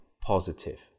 positive